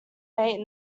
mate